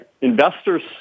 Investors